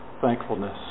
thankfulness